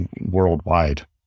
worldwide